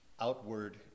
Outward